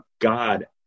God